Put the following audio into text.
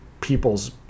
people's